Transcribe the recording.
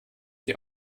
die